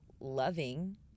Loving